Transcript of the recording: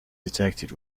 detected